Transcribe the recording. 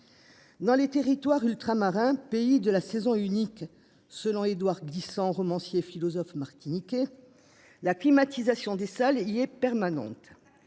Dans les territoires ultramarins. Pays de la saison unique selon Édouard Glissant romancier philosophe martiniquais. La climatisation des salles il est permanente.